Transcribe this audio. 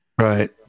right